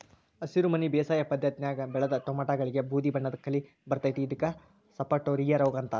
ಹಸಿರುಮನಿ ಬೇಸಾಯ ಪದ್ಧತ್ಯಾಗ ಬೆಳದ ಟೊಮ್ಯಾಟಿಗಳಿಗೆ ಬೂದಿಬಣ್ಣದ ಕಲಿ ಬರ್ತೇತಿ ಇದಕ್ಕ ಸಪಟೋರಿಯಾ ರೋಗ ಅಂತಾರ